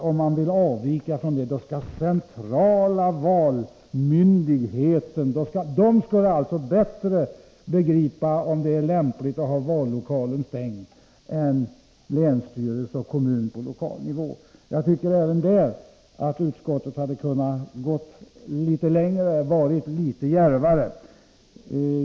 Om man vill avvika från detta öppethållande skall centrala valmyndigheten besluta om det. Den skulle alltså bättre än länsstyrelsen och kommunen begripa om det är lämpligt att ha vallokalen stängd. Jag tycker att utskottet även här hade kunnat vara litet djärvare.